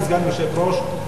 כסגן יושב-ראש,